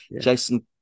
Jason